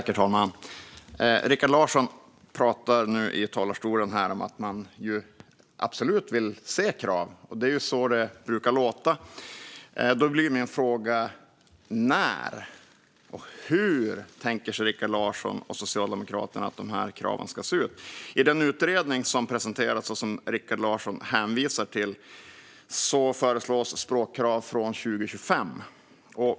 Herr talman! Rikard Larsson säger här att man absolut vill se krav. Det är så det brukar låta. Min fråga är när Rikard Larsson och Socialdemokraterna tänker sig att införa dessa krav och hur de ska se ut. I den utredning som presenterats och som Rikard Larsson hänvisar till föreslås språkkrav från 2025.